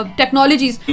technologies